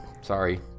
Sorry